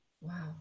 Wow